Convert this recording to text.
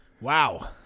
Wow